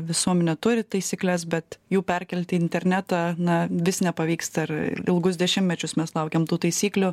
visuomenė turi taisykles bet jų perkelti į internetą na vis nepavyksta ir ilgus dešimtmečius mes laukėm tų taisyklių